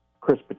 Chris